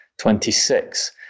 26